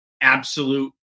absolute